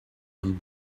and